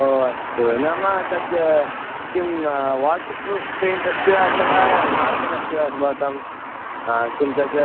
ओ अस्तु नाम तद् किं वाटर् प्रूफ् पेन्ट् अस्ति वा अथवा नार्मल् अस्ति वा भवतां किं तद्